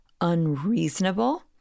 unreasonable